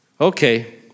Okay